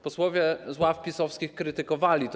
Posłowie z ław PiS-owskich krytykowali to.